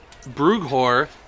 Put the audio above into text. Brughor